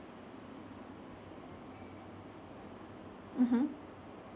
mmhmm